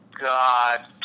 God